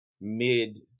mid